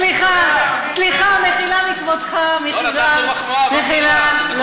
סליחה, מחילה מכבודך, מחילה, מחילה.